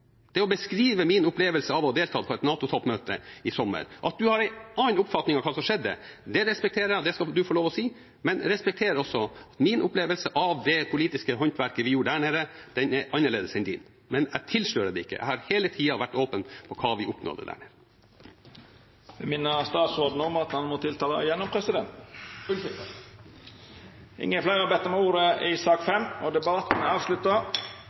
det er å beskrive min opplevelse av å ha deltatt på et NATO-toppmøte i sommer. At du har en annen oppfatning av hva som skjedde, respekterer jeg, det skal du få lov til å si, men respekter også min opplevelse av det politiske håndverket vi gjorde der nede. Den er annerledes enn din, men jeg tilslører det ikke. Jeg har hele tida vært åpen om hva vi oppnådde der nede. Presidenten minner statsråden om at han må tiltala gjennom presidenten. Unnskyld, president! Fleire har ikkje bedt om ordet til sak